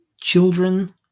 children